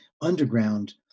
underground